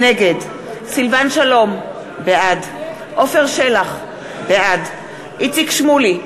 נגד סילבן שלום, בעד עפר שלח, בעד איציק שמולי,